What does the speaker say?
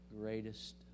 greatest